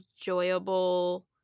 enjoyable